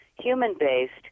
human-based